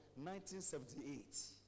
1978